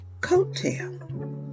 coattail